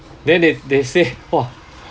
then they they say !wah!